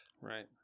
Right